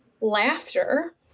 laughter